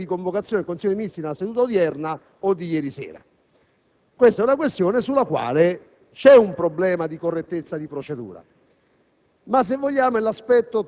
visto che non si è avuta notizia di convocazione del Consiglio dei ministri nella giornata odierna o di ieri sera. Si tratta di una questione sulla quale c'è un problema di correttezza di procedura,